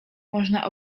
można